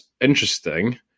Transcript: interesting